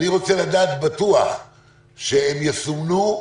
אני רוצה לדעת בטוח שהם יסומנו,